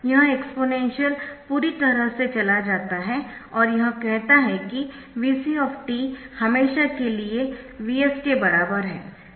यह एक्सपोनेंशियल पूरी तरह से चला जाता है और यह कहता है कि Vc हमेशा के लिए Vs के बराबर है